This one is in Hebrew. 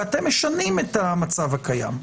כי אתם משנים את המצב הקיים.